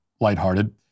lighthearted